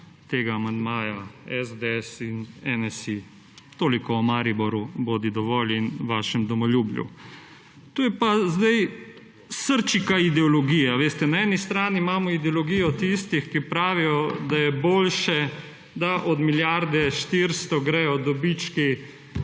tega amandmaja SDS in NSi. Toliko o Mariboru. Bodi dovolj in vašem domoljubju. To je pa sedaj srčika ideologije. Na eni strani imamo ideologijo tistih, ki pravijo, da je boljše, da od milijarde 400 gredo dobički